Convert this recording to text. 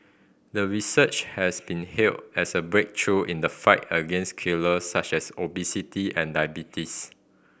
the research has been hailed as a breakthrough in the fight against killers such as obesity and diabetes